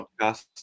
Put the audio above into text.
podcast